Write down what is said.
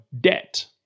debt